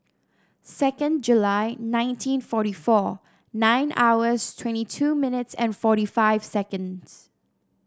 second July nineteen forty four nine hours twenty two minutes and forty five seconds